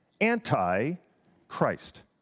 anti-Christ